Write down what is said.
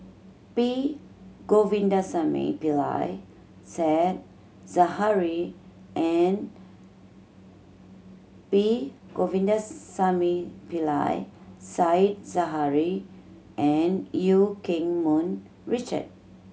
P Govindasamy Pillai Said Zahari and P Govindasamy Pillai Said Zahari and Eu Keng Mun Richard